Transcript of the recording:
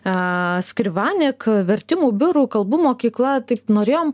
a skrivanik vertimų biurų kalbų mokykla taip norėjom